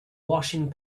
washing